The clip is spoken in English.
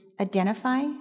identify